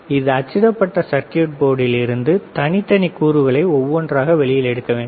இந்த அச்சிடப்பட்ட சர்க்யூட் போர்டில் இருந்து தனித்தனி கூறுகளை ஒவ்வொன்றாக வெளியில் எடுக்க வேண்டும்